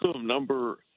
number